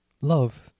love